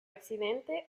accidente